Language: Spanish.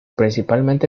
principalmente